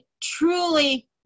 truly